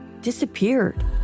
disappeared